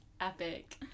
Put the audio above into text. epic